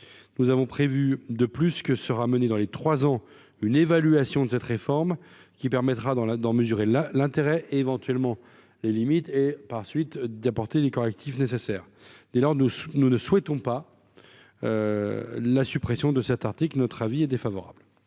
nous avons prévu de plus que sera menée dans les 3 ans, une évaluation de cette réforme qui permettra dans la dans mesurer la l'intérêt éventuellement les limites, et par suite d'apporter les correctifs nécessaires dès lors nous, nous ne souhaitons pas la suppression de cet article, notre avis est défavorable.